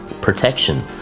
protection